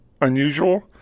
unusual